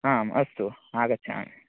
आम् अस्तु आगच्छामि